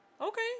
okay